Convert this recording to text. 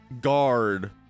guard